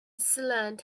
sealant